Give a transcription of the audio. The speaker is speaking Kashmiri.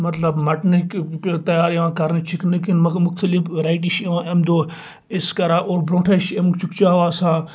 مَطلَب مَٹنٕکۍ پہِ یِوان تَیار یِوان کَرنہ چکِنٕکۍ مُختٔلِف ویرایٹی چھ یِوان امہ دۄہ أسۍ کَران اور برونٹھٕے چھُ امِیُک چِکہِ چاو آسان